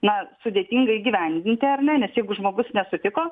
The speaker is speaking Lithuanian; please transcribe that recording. na sudėtinga įgyvendinti ar ne nes jeigu žmogus nesutiko